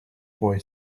boy